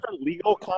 legal